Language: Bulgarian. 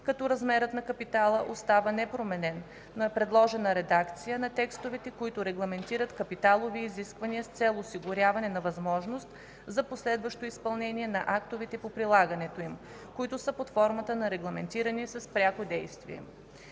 като размерът на капитала остава непроменен, но е предложена редакция на текстовете, които регламентират капиталови изисквания с цел осигуряване на възможност за последващо изпълнение на актовете по прилагането им, които са под формата на регламенти с пряко действие.